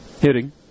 Hitting